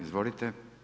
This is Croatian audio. Izvolite.